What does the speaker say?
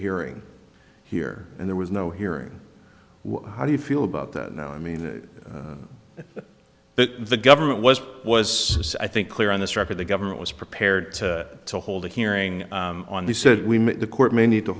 hearing here and there was no hearing how do you feel about that i mean the the government was was i think clear on this record the government was prepared to hold a hearing on the said the court may need to